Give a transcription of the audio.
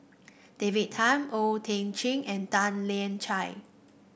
David Tham O Thiam Chin and Tan Lian Chye